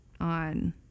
on